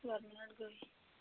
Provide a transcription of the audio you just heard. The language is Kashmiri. ژور مِنَٹ گٔے